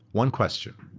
one question,